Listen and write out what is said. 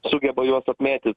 sugeba juos apmėtyt